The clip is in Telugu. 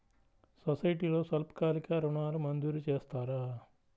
సొసైటీలో స్వల్పకాలిక ఋణాలు మంజూరు చేస్తారా?